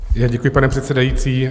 Děkuji, pane předsedající.